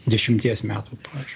dešimties metų pavyzdžiui